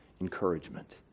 encouragement